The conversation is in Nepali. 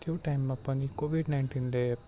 त्यो टाइममा पनि कोविड नाइन्टिनले